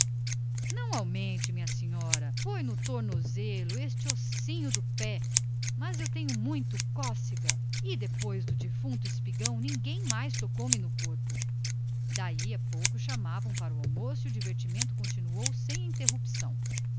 não aumente minha senhora foi no tornozelo este ossinho do pé mas eu tenho muita cócega e depois do defunto espigão ninguém mais me tocou no corpo daí a pouco chamavam para o almoço e o divertimento continuou sem interrupção